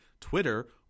twitter